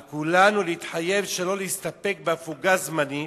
על כולנו להתחייב שלא להסתפק בהפוגה זמנית,